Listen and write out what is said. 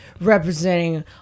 representing